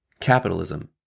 Capitalism